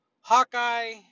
Hawkeye